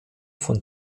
von